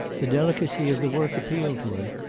the delicacy of the work appealed to him,